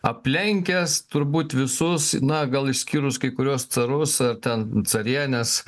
aplenkęs turbūt visus na gal išskyrus kai kuriuos carus ar ten carienes